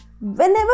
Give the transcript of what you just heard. Whenever